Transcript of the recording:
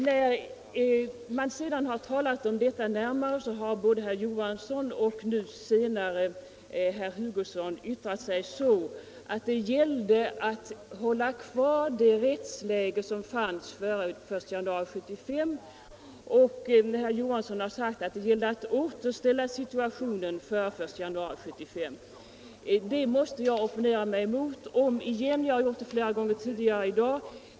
När man sedan har talat närmare om detta har både herr Johansson och sedan herr Hugosson yttrat sig så, att det gällde att hålla kvar det rättsläge som fanns före den 1 januari 1975; herr Johansson har sagt att det gällde att återställa situationen före den 1 januari 1975. Det måste jag opponera mig mot om igen; jag har gjort det flera gånger tidigare i dag.